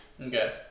Okay